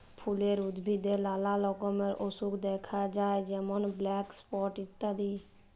ফুলের উদ্ভিদে লালা রকমের অসুখ দ্যাখা যায় যেমল ব্ল্যাক স্পট ইত্যাদি